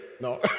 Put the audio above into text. No